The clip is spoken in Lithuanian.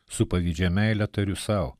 su pavydžia meile tariu sau